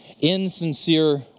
Insincere